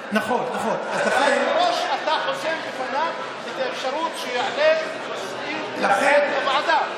שמראש אתה חוסם בפניו את האפשרות שיעלה נושאים בוועדה.